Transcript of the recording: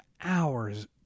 hours